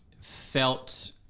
Felt